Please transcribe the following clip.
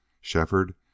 Shefford